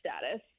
status